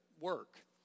Work